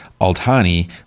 Altani